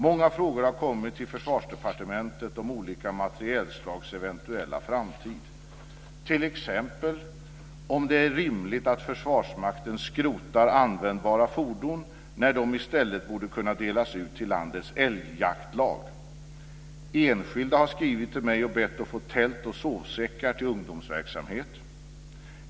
Många frågor har kommit till Försvarsdepartementet om olika materielslags eventuella framtid, t.ex. om det är rimligt att Försvarsmakten skrotar användbara fordon när de i stället borde kunna delas ut till landets älgjaktlag. Enskilda har skrivit till mig och bett att få tält och sovsäckar till ungdomsverksamhet.